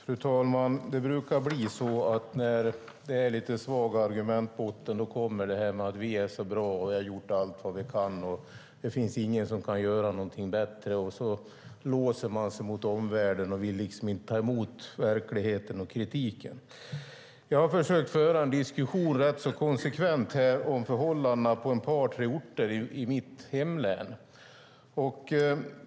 Fru talman! Det brukar vara så att när argumenten är lite svaga kommer detta med att regeringen är så bra och har gjort allt man kan och att det inte finns någon som kan göra någonting bättre. Sedan låser man sig mot omvärlden och vill inte ta emot verkligheten och kritiken. Jag har försökt föra en diskussion rätt så konsekvent här om förhållandena på ett par tre orter i mitt hemlän.